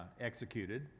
executed